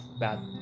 bad